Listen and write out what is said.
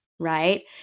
Right